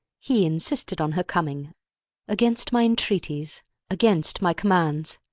he insisted on her coming against my entreaties against my commands.